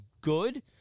good